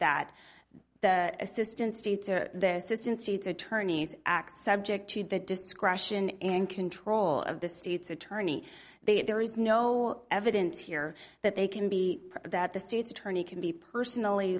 that the assistant states or the system states attorneys act subject to the discretion and control of the state's attorney there is no evidence here that they can be that the state's attorney can be personally